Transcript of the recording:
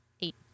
Eight